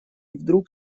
вдруг